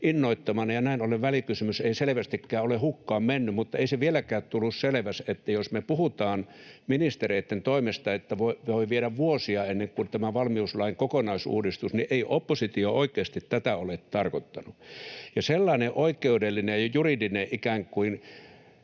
innoittamana, ja näin ollen välikysymys ei selvästikään ole hukkaan mennyt. Mutta ei se vieläkään tullut selväksi: jos puhutaan ministereiden toimesta, että tämä valmiuslain kokonaisuudistus voi viedä vuosia, niin ei oppositio oikeasti tätä ole tarkoittanut. [Olli Immonen: Ei!] Ja sellainen oikeudellinen ja juridinen ikään kuin